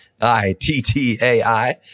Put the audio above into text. I-T-T-A-I